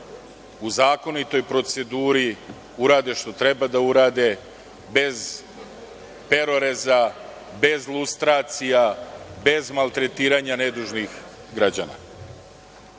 u zakonitoj proceduri urade što treba da urade, bez peroreza, bez lustracija, bez maltretiranja nedužnih građana. Mi